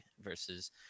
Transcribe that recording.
versus